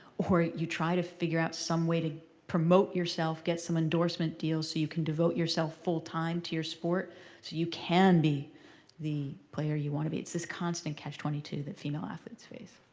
or you try to figure out some way to promote yourself, get some endorsement deals so you can devote yourself full time to your sport, so you can be the player you want to be. it's this constant catch twenty two that female athletes face.